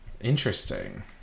Interesting